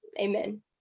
Amen